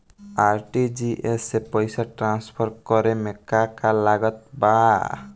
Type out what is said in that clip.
RTGS से पईसा transfer करे मे का का लागत बा?